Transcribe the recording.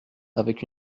avec